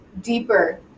deeper